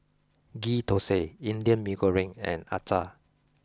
Ghee Thosai Indian Mee Goreng and Acar